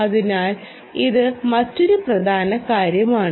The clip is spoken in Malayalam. അതിനാൽ ഇത് മറ്റൊരു പ്രധാന കാര്യമാണ്